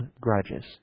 grudges